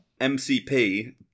MCP